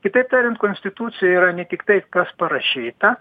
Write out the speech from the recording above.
kitaip tariant konstitucija yra ne tiktai kas parašyta